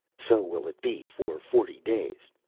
so will it be for forty days.